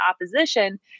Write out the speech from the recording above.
opposition